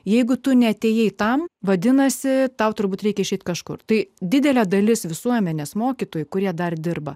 jeigu tu neatėjai tam vadinasi tau turbūt reikia išeiti kažkur tai didelė dalis visuomenės mokytojų kurie dar dirba